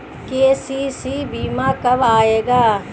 KCC बीमा कब आएगा?